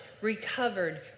recovered